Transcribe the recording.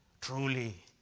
truly